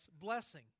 blessing